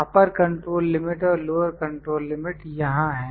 अपर control limit और lower control limit यहां है